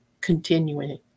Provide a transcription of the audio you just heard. continuing